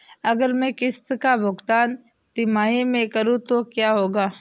अगर मैं किश्त का भुगतान तिमाही में करूं तो क्या होगा?